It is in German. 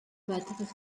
weiteres